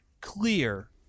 clear